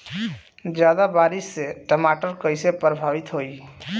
ज्यादा बारिस से टमाटर कइसे प्रभावित होयी?